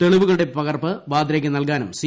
തെളിവുകളുടെ പകർപ്പ് വാദ്രയ്ക്ക് നൽകാനും സി